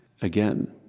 again